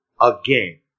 again